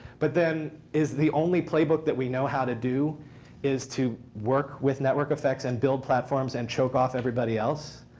but then is the only playbook that we know how to do is to work with network effects and build platforms and choke off everybody else?